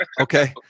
Okay